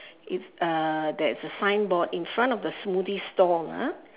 it's uh there's a signboard in front of the smoothie stall ah